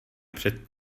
před